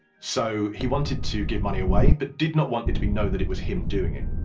so he wanted to give money away, but did not want it to be known that it was him doing it.